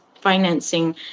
financing